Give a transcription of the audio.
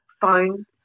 phone